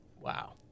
Wow